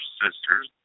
sisters